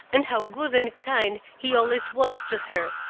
and how good and kind he always was to her!